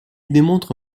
démontre